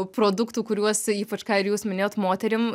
produktų kuriuos ypač ką ir jūs minėjot moterim